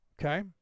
okay